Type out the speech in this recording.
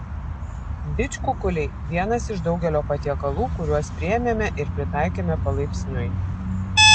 didžkukuliai vienas iš daugelio patiekalų kuriuos priėmėme ir pritaikėme palaipsniui